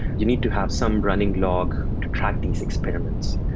you need to have some running log to track these experiments.